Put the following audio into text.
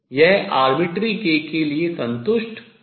यह arbitrary स्वेच्छ k के लिए संतुष्ट नहीं होगा